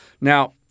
Now